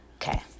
okay